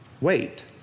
wait